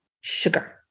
sugar